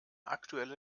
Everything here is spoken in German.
aktuelle